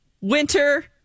Winter